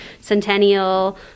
Centennial